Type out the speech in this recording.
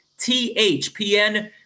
THPN